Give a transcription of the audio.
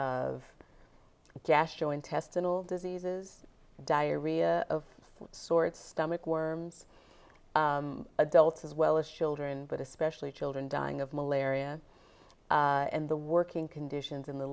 of gastrointestinal diseases diarrhea of some sort stomach worms adults as well as children but especially children dying of malaria and the working conditions in the